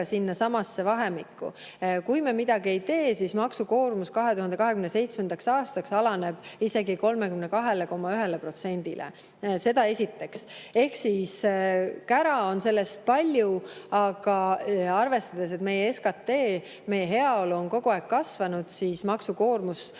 sinnasamasse vahemikku. Kui me midagi ei tee, siis maksukoormus 2027. aastaks alaneb isegi 32,1%-le. Seda esiteks. Ehk siis kära on sellest palju, aga arvestades, et meie SKT, meie heaolu on kogu aeg kasvanud, siis maksukoormus